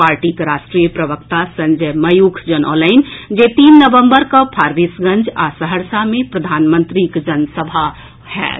पार्टीक राष्ट्रीय प्रवक्ता संजय मयूख जनौलनि जे तीन नवंबर कऽ फारबिसगंज आ सहरसा मे प्रधानमंत्रीक जनसभा होयत